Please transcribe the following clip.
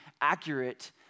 accurate